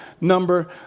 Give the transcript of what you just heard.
number